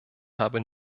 habe